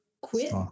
quit